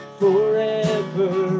forever